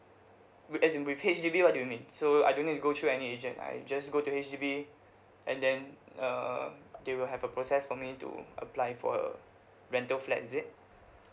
with as in with H_D_B what do you mean so I don't need to go through any agent I just go to H_D_B and then uh they will have a process for me to apply for a rental flat is it